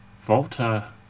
Volta